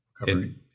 recovery